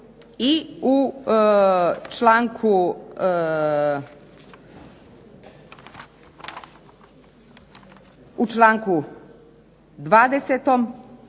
i u članku 20.